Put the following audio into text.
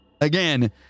again